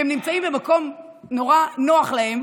כי הם נמצאים במקום נורא נוח להם,